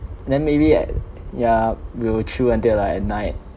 then maybe at yeah will chill until like at night